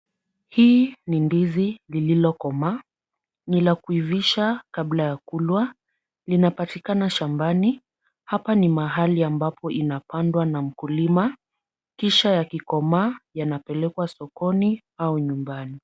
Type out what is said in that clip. Hii ni ndizi lililokomaa ni la kuivisha kabla ya kulwa, linapatikana shambani hapa ni mahali ambapo inapandwa na mkulima, kisha ikikomaa inapelekwa sokoni au nyumbani.